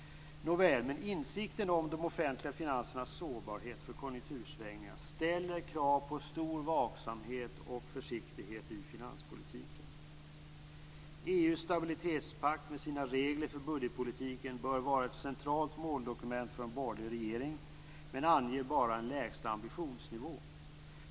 Insikten om de offentliga finansernas sårbarhet för konjunktursvängningar ställer krav på stor vaksamhet och försiktighet i finanspolitiken. EU:s stabilitetspakt, med sina regler för budgetpolitiken, bör vara ett centralt måldokument för en borgerlig regering, men anger bara en lägsta ambitionsnivå.